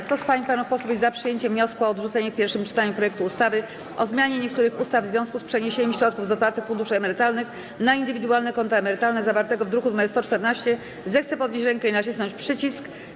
Kto z pań i panów posłów jest za przyjęciem wniosku o odrzucenie w pierwszym czytaniu projektu ustawy o zmianie niektórych ustaw w związku z przeniesieniem środków z otwartych funduszy emerytalnych na indywidualne konta emerytalne, zawartego w druku nr 114, zechce podnieść rękę i nacisnąć przycisk.